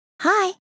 Hi